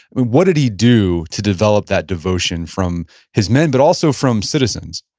what did he do to develop that devotion from his men, but also from citizens?